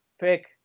pick